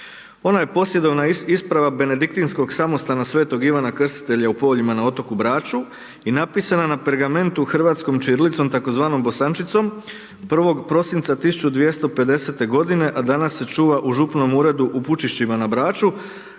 Ona je posljedovna isprava Benediktinskog samostana Sv. Ivana Krstitelja u Povljima na otoku Braču i napisana na pergamentu hrvatskog ćirilicom tzv. bosančicom 1. prosinca 1250. godine, a danas se čuva u župnom uredu u Pučišćima na Braču,